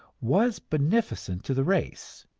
was beneficent to the race,